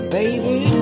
baby